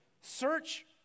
Search